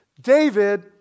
David